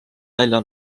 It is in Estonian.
välja